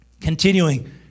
Continuing